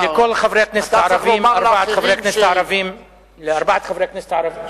ארבעת חברי הכנסת הערבים,